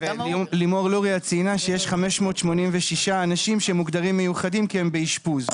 ולימור לוריא ציינה שיש 586 אנשים שהם מוגדרים מיוחדים כי הם באשפוז.